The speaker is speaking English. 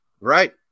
Right